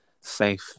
safe